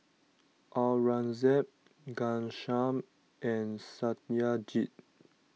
Aurangzeb Ghanshyam and Satyajit